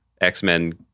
X-Men